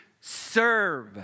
serve